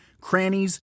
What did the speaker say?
crannies